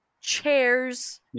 Chairs